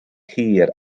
hir